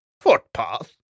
Footpath